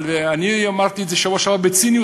אמרתי בשבוע שעבר בציניות,